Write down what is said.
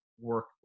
work